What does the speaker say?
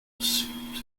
assumes